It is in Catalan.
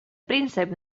príncep